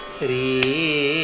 three